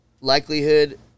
likelihood